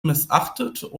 missachtet